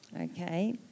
Okay